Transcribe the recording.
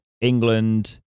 England